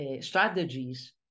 strategies